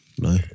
No